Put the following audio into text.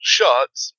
Shots